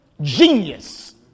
genius